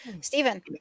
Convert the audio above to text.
Stephen